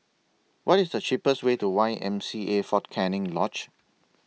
What IS The cheapest Way to Y W C A Fort Canning Lodge